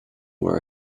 were